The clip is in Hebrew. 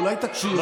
אולי תקשיב?